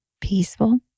peaceful